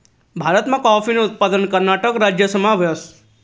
भारतमा काॅफीनं उत्पादन कर्नाटक राज्यमा व्हस